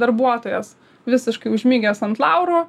darbuotojas visiškai užmigęs ant laurų